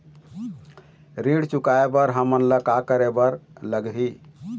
ऋण चुकाए बर हमन ला का करे बर लगही?